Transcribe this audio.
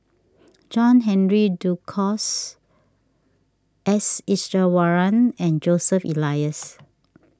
John Henry Duclos S Iswaran and Joseph Elias